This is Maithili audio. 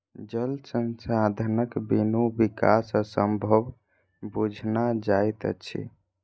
जल संसाधनक बिनु विकास असंभव बुझना जाइत अछि